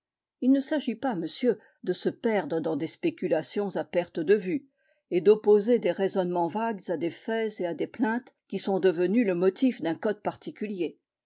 il ne s'agit pas monsieur de se perdre dans des spéculations à perte de vue et d'opposer des raisonnements vagues à des faits et à des plaintes qui sont devenus le motif d'un code particulier